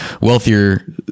wealthier